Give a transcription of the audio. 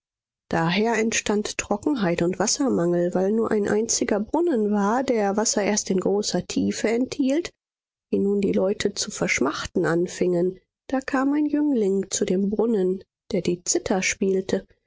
daher entstand trockenheit und wassermangel weil nur ein einziger brunnen war der wasser erst in großer tiefe enthielt wie nun die leute zu verschmachten anfingen da kam ein jüngling zu dem brunnen der die zither spielte